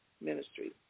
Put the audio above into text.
Ministry